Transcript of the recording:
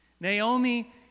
Naomi